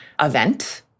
event